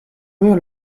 bruire